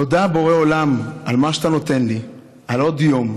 תודה, בורא עולם, על מה שאתה נותן לי, על עוד יום,